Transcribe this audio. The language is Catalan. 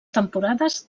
temporades